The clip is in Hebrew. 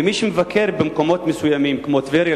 ומי שמבקר במקומות מסוימים כמו טבריה,